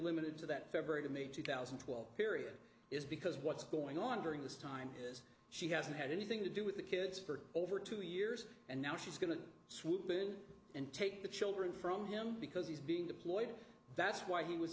limited to that very good may two thousand and twelve period is because what's going on during this time is she hasn't had anything to do with the kids for over two years and now she's going to swoop in and take the children from him because he's being deployed that's why he was